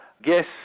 Guess